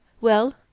Well